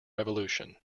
revolution